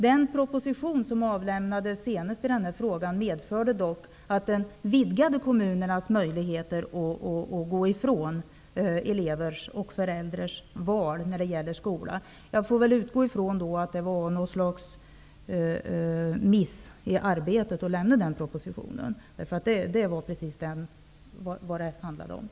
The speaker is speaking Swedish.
Den proposition som avlämnades senast i denna fråga ledde dock till en vidgning av kommunernas möjligheter att gå ifrån elevers och föräldrars val av skola. Jag får väl utgå ifrån att det var ett slags miss i arbetet att lägga fram den propositionen.